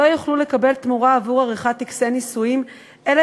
לא יוכלו לקבל תמורה עבור עריכת טקסי נישואים אלא